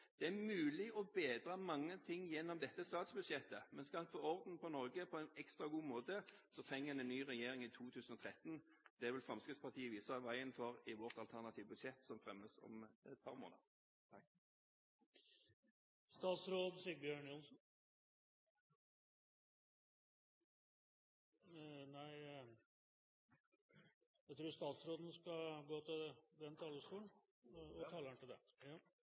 Det er mulig å bedre mange ting gjennom dette statsbudsjettet, men skal en få orden på Norge på en ekstra god måte, trenger vi en ny regjering i 2013. Det vil Fremskrittspartiet vise veien for i sitt alternative budsjett som fremmes om et par måneder. Nei, jeg tror statsråden skal gå til den talerstolen og taleren til den. Vi forbereder oss til neste år. Det